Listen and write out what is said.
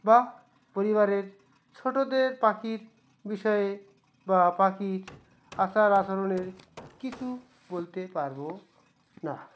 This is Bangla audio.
বা পরিবারের ছোটদের পাখির বিষয়ে বা পাখির আচার আচরণের কিছু বলতে পারবো না